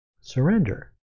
Surrender